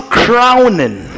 crowning